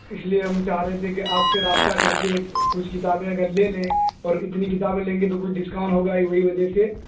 اس لیے ہم چاہ رہے تھے کہ آپ سے رابطہ کر کے ایک کچھ کتابیں اگر لے لیں اور اتنی کتابیں لیں گے تو کچھ ڈسکاؤنٹ ہوگا ہی وہی وجہ سے